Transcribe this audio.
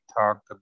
talked